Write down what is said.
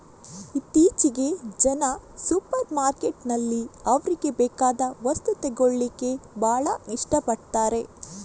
ಇತ್ತೀಚೆಗೆ ಜನ ಸೂಪರ್ ಮಾರ್ಕೆಟಿನಲ್ಲಿ ಅವ್ರಿಗೆ ಬೇಕಾದ ವಸ್ತು ತಗೊಳ್ಳಿಕ್ಕೆ ಭಾಳ ಇಷ್ಟ ಪಡ್ತಾರೆ